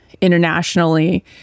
internationally